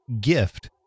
gift